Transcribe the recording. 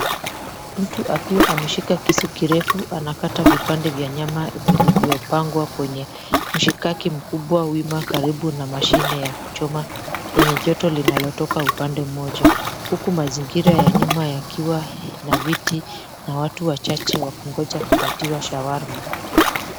Mtu akiwa ameshika kisu kirefu anakata vipande vya nyama vilivyopangwa kwenye mshikaki mkubwa wima karibu na mashine ya kuchoma yenye joto linalotoka upande mmoja huku mazingira ya nyuma yakiwa na viti na watu wachache wakingoja kukatiwa shawarma.